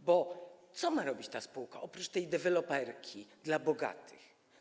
bo co ma robić ta spółka oprócz deweloperki dla bogatych?